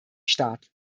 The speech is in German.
staat